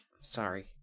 Sorry